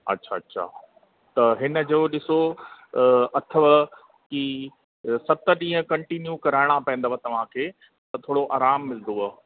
अच्छा अच्छा त हिनजो ॾिसो अथव ई सत ॾींहं कंटिन्यू कराइणा पवंदव तव्हांखे त थोरो आरामु मिलंदव